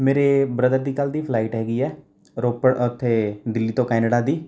ਮੇਰੇ ਬ੍ਰਦਰ ਦੀ ਕੱਲ ਦੀ ਫਲਾਈਟ ਹੈਗੀ ਹੈ ਰੋਪੜ ਉੱਥੇ ਦਿੱਲੀ ਤੋਂ ਕੈਨੇਡਾ ਦੀ